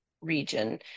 region